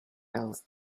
else